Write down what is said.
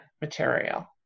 material